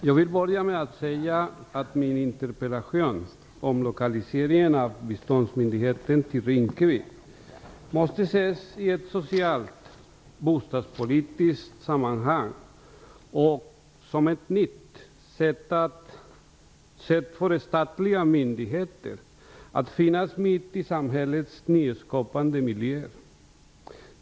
Jag vill börja med att säga att min interpellation om lokaliseringen av biståndsmyndigheten till Rinkeby måste ses i ett socialt bostadspolitiskt sammanhang och som ett nytt sätt för statliga myndigheter att finnas mitt i samhällets nyskapande miljöer.